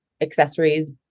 accessories